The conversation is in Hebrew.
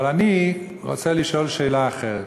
אבל אני רוצה לשאול שאלה אחרת.